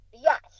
Yes